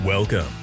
Welcome